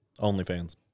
OnlyFans